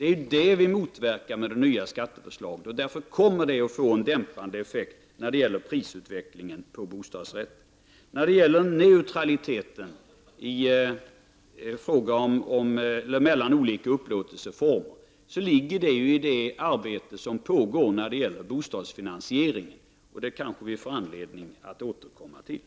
Det är detta vi motverkar med det nya skatteförslaget. Därför kommer det att få en dämpande effekt när det gäller prisutvecklingen på bostadsrätter. När det gäller neutraliteten mellan olika upplåtelseformer finns det med i det arbete om bostadsfinansiering som pågår och det får vi kanske anledning att återkomma till.